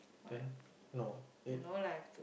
then no eight